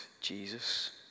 Jesus